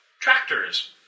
tractors